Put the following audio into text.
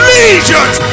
legions